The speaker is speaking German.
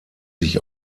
sich